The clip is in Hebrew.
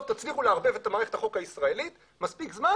טוב תצליחו לערבב את מערכת החוק הישראלית מספיק זמן